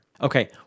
Okay